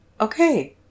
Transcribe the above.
okay